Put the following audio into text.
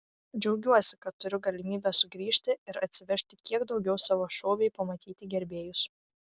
džiaugiuosi kad turiu galimybę sugrįžti ir atsivežti kiek daugiau savo šou bei pamatyti gerbėjus